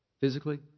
Physically